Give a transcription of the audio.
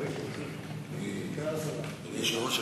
אדוני היושב-ראש,